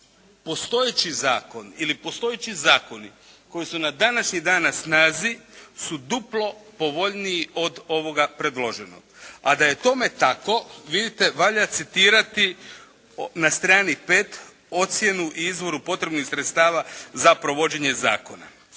postojeći zakon ili postojeći zakoni koji su na današnji dan na snazi su duplo povoljniji od ovoga predloženog, a da je tome tako vidite valja citirati na strani pet ocjenu i izboru potrebnih sredstava za provođenje zakona,